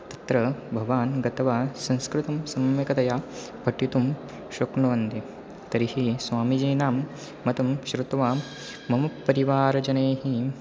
तत्र भवान् गत्वा संस्कृतं सम्यक्तया पठितुं शक्नुवन्ति तर्हि स्वामीजीनां मतं श्रुत्वा मम परिवारजनैः